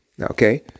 okay